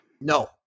No